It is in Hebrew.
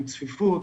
עם צפיפות.